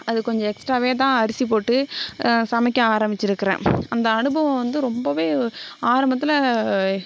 அது கொஞ்சம் எக்ஸ்ட்ராகவே தான் அரிசி போட்டு சமைக்க ஆரம்பிச்சிருக்கறேன் அந்த அனுபவம் வந்து ரொம்பவே ஆரம்பத்தில்